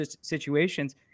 situations